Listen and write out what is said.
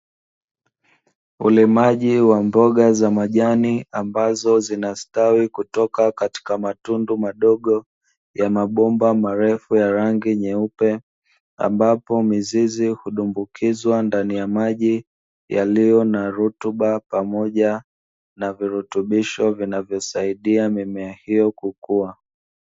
Ulimaji wa mboga za majani ambazo zinastawi kutoka katika matundu madogo ya mabomba marefu ya rangi nyeupe, ambapo mizizi hudumbukizwa ndani ya maji yaliyo na rutuba, pamoja na virutubisho vinavyosaidia mimea hiyo kukua.